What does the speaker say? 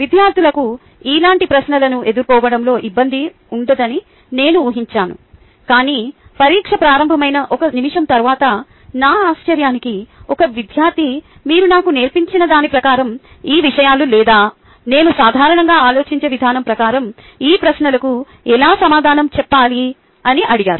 విద్యార్థులకు ఇలాంటి ప్రశ్నలను ఎదుర్కోవడంలో ఇబ్బంది ఉండదని నేను ఊహించాను కాని పరీక్ష ప్రారంభమైన ఒక నిమిషం తర్వాత నా ఆశ్చర్యానికి ఒక విద్యార్థి మీరు నాకు నేర్పించిన దాని ప్రకారం ఈ విషయాలు లేదా నేను సాధారణంగా ఆలోచించే విధానం ప్రకారం ఈ ప్రశ్నలకు ఎలా సమాధానం చెప్పాలి అని అడిగారు